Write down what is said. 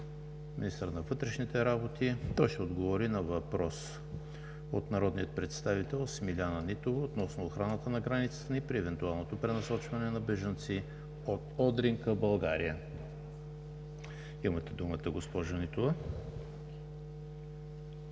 министъра на вътрешните работи Младен Маринов, който ще отговори на въпрос от народния представител Смиляна Нитова относно охраната на границата ни при евентуалното пренасочване на бежанци от Одрин към България. Имате думата, госпожо Нитова.